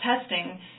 testing